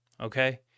okay